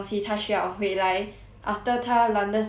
after 他 london study 完他就要回来做工